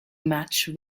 match